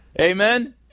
Amen